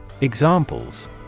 examples